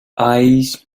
eyes